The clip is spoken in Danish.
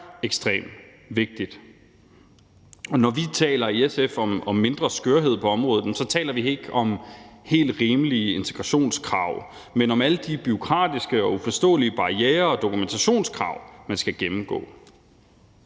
ekstremt vigtigt. Og når vi i SF taler om mindre skørhed på området, taler vi ikke om helt rimelige integrationskrav, men om alle de bureaukratiske og uforståelige barrierer og dokumentationskrav, man skal gennemgå.